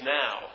now